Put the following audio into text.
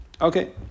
Okay